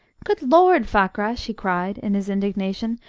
good lord! fakrash, he cried in his indignation,